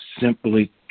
simply